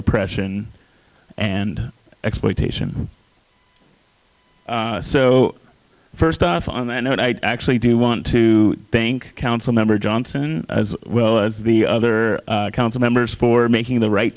oppression and exploitation so first off on that note i actually do want to thank council member johnson as well as the other council members for making the right